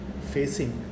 facing